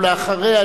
ואחריה,